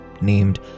named